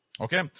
Okay